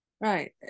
Right